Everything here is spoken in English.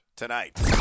Tonight